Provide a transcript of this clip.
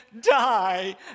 die